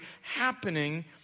happening